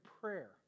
prayer